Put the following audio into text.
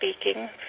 speaking